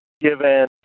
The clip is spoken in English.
given